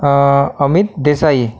Amit Desai